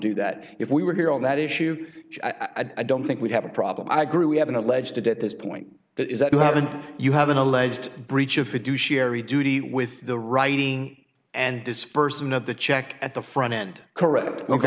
do that if we were here on that issue i don't think we'd have a problem i grew we haven't alleged at this point that is that you haven't you have an alleged breach of fiduciary duty with the writing and disbursement of the check at the front end correct ok